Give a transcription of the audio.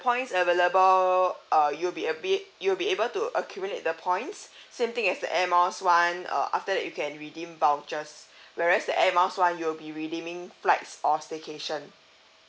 points available uh you'll be a bit you'll be able to accumulate the points same thing as the air miles one err after that you can redeem vouchers whereas the air miles one you'll be redeeming flights or staycation